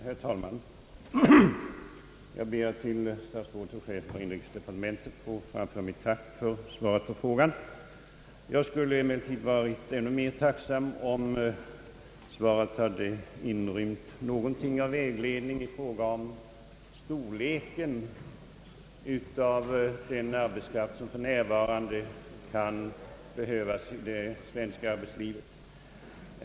Herr talman! Jag ber att till statsrådet och chefen för inrikesdepartementet få framföra mitt tack för svaret på frågan. Jag skulle varit ännu mer tacksam om svaret hade inrymt mer preciserad vägledning beträffande storleken av den utländska arbetskraft som för närvarande kan behövas i det svenska arbetslivet.